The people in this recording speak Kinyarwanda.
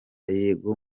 yego